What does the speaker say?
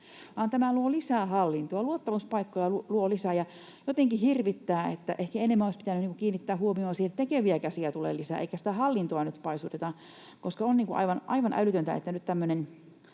tämä luo lisää hallintoa, luo lisää luottamuspaikkoja. Jotenkin hirvittää, että ehkä enemmän olisi pitänyt kiinnittää huomioita siihen, että tekeviä käsiä tulee lisää eikä sitä hallintoa nyt paisuteta, koska on aivan älytöntä, että nyt luodaan